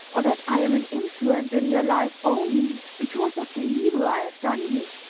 or that i am an influence in your life only because of the evil i have done you!